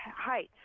heights